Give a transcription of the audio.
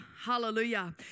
Hallelujah